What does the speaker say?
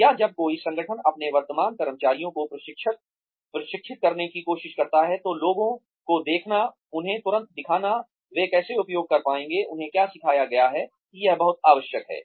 या जब कोई संगठन अपने वर्तमान कर्मचारियों को प्रशिक्षित करने की कोशिश करता है तो लोगों को दिखाना उन्हें तुरंत दिखाना वे कैसे उपयोग कर पाएंगे उन्हें क्या सिखाया गया है यह बहुत आवश्यक है